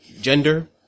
Gender